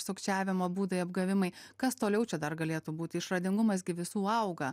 sukčiavimo būdai apgavimai kas toliau čia dar galėtų būti išradingumas gi visų auga